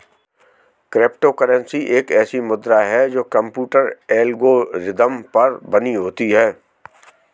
crypto currency एक ऐसी मुद्रा है जो कंप्यूटर एल्गोरिदम पर बनी होती है